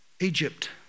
Egypt